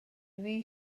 rhy